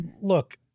look